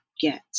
get